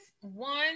one